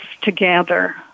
together